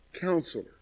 Counselor